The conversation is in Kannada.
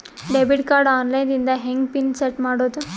ಡೆಬಿಟ್ ಕಾರ್ಡ್ ಆನ್ ಲೈನ್ ದಿಂದ ಹೆಂಗ್ ಪಿನ್ ಸೆಟ್ ಮಾಡೋದು?